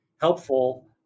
helpful